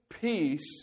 peace